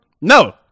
No